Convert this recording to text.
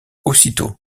aussitôt